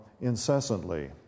incessantly